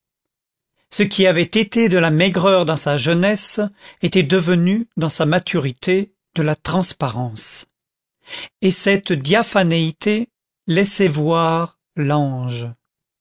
ce qui avait été de la maigreur dans sa jeunesse était devenu dans sa maturité de la transparence et cette diaphanéité laissait voir l'ange